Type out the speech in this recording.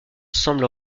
semble